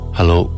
Hello